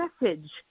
message